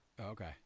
Okay